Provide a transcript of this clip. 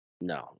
No